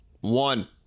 One